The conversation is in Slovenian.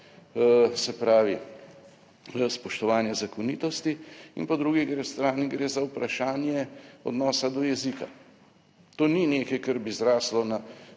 se pravi, spoštovanje zakonitosti in po drugi strani gre za vprašanje odnosa do jezika. To ni nekaj, kar bi zraslo na